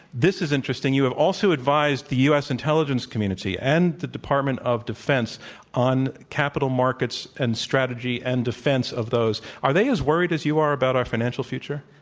this is interesting. you have also advised the u. s. intelligence community and the department of defense on capital markets and strategy and defense of those. are they as worried as you are about our financial future?